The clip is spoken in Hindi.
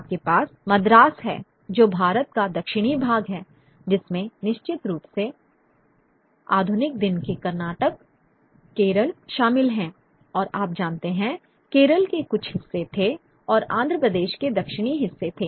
आपके पास मद्रास है जो भारत का दक्षिणी भाग है जिसमें निश्चित रूप से आधुनिक दिन के कर्नाटक केरल शामिल हैं और आप जानते हैं केरल के कुछ हिस्से थे और आंध्र प्रदेश के दक्षिणी हिस्से थे